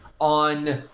on